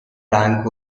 ranks